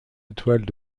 étoiles